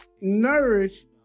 nourish